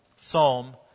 Psalm